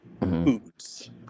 foods